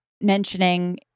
mentioning